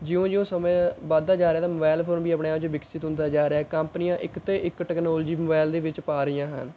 ਜਿਉਂ ਜਿਉਂ ਸਮਾਂ ਵੱਧਦਾ ਜਾ ਰਿਹਾ ਹੈ ਤਾਂ ਮੋਬਾਇਲ ਫੋਨ ਵੀ ਆਪਣੇ ਆਪ 'ਚ ਵਿਕਸਿਤ ਹੁੰਦਾ ਜਾ ਰਿਹਾ ਹੈ ਕੰਪਨੀਆਂ ਇੱਕ 'ਤੇ ਇੱਕ ਟਕਨੋਲਜੀ ਮੋਬਾਇਲ ਦੇ ਵਿੱਚ ਪਾ ਰਹੀਆਂ ਹਨ